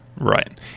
Right